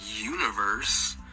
universe